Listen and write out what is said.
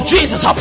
Jesus